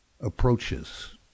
approaches